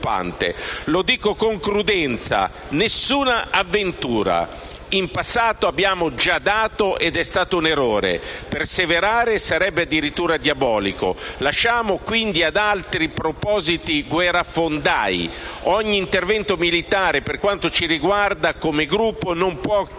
Lo dico con prudenza: nessuna avventura. In passato abbiamo già dato ed è stato un errore; perseverare sarebbe addirittura diabolico. Lasciamo quindi ad altri i propositi guerrafondai. Ogni intervento militare, per quanto ci riguarda, come Gruppo, non può che